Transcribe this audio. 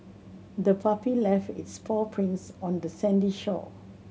the puppy left its paw prints on the sandy shore